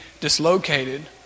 dislocated